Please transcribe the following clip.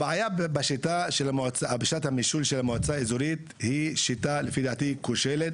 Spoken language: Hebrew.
הבעיה בשיטת הממשל של המועצה האזורית היא שיטה כושלת,